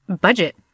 budget